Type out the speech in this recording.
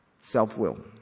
Self-will